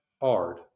hard